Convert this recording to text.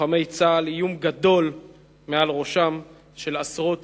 לוחמי צה"ל איום גדול מעל ראשם, עשרות